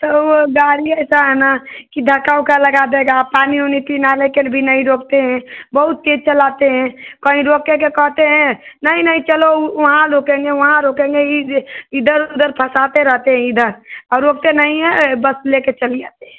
सव गाड़िए का आना कि धक्का ओका लगा देगा पानी ओनी पीना लेकर भी नहीं रोकते हैं बहुत तेज़ चलाते हैं कहीं रोककर कहते हैं नहीं नहीं चलो वहाँ रुकेंगे वहाँ रोकेंगे ई इधर उधर फँसाते रहते हैं इधर और रोकते नहीं हैं बस लेकर चले आते हैं